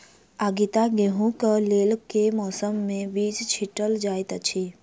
आगिता गेंहूँ कऽ लेल केँ मौसम मे बीज छिटल जाइत अछि?